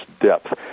depth